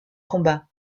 combat